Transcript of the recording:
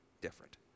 different